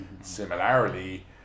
Similarly